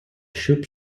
xup